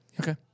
Okay